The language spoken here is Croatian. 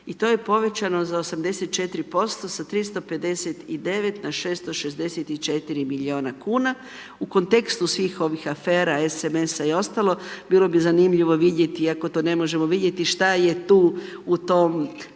i to je povećano za 84% sa 359 na 664 milijuna kuna. U kontekstu svih ovih afera SMS i ostalo, bilo bi zanimljivo vidjeti iako to ne možemo vidjeti, šta je tu u tom